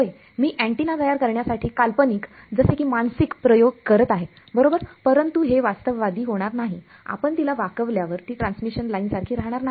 होय मी अँटेना तयार करण्यासाठी काल्पनिक जसे की मानसिक प्रयोग करत आहे बरोबर परंतु हे वास्तववादी होणार नाही आपण तिला वाकवल्यावर ती ट्रान्समिशन लाईन सारखी राहणार नाही